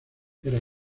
era